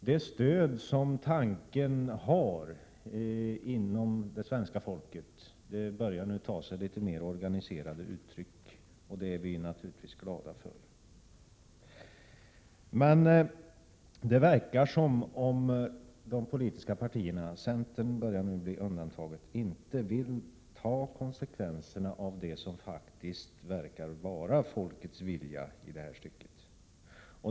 Det stöd som tanken har hos det svenska folket börjar nu ta sig litet mer organiserade uttryck, och det är vi naturligtvis glada för. Men det förefaller som om de politiska partierna — centern börjar nu bli undantaget — inte vill ta konsekvenserna av det som faktiskt verkar vara folkets vilja i detta stycket.